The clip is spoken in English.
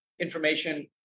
information